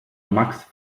max